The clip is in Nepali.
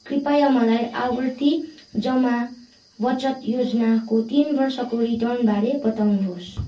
कृपया मलाई आवर्ती जमा बचत योजनाको तिन वर्षको रिटर्न बारे बताउनुहोस्